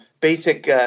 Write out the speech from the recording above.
basic –